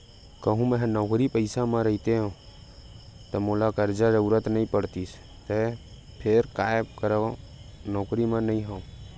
कहूँ मेंहा नौकरी पइसा म रहितेंव ता मोला करजा के जरुरत नइ पड़तिस फेर काय करव नउकरी म नइ हंव